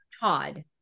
Todd